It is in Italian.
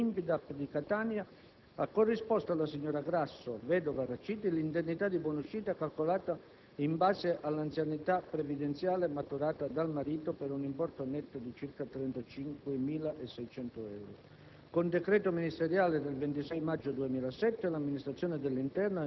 Con mandato del 26 febbraio 2007, la sede dell'INPDAP di Catania ha corrisposto alla signora Grasso, vedova Raciti, l'indennità di buonuscita, calcolata in base all'anzianità previdenziale maturata dal marito (per un importo netto di circa 35.600 euro).